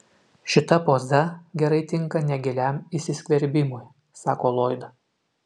šita poza gerai tinka negiliam įsiskverbimui sako loyd